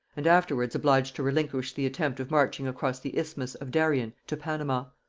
and afterwards obliged to relinquish the attempt of marching across the isthmus of darien to panama.